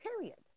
period